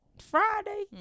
Friday